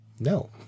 No